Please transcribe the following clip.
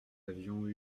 avions